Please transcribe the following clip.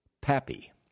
Pappy